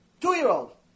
Two-year-old